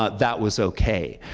ah that was okay,